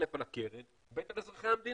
א', על הקרן, ב', על אזרחי המדינה.